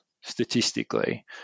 statistically